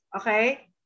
Okay